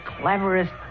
cleverest